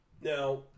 Now